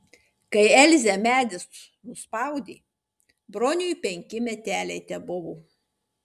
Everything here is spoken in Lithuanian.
kai elzę medis nuspaudė broniui penki meteliai tebuvo